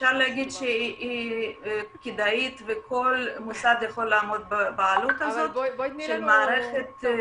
אפשר להגיד שהיא כדאית וכל מוסד יכול לעמוד בעלות הזו של המערכת.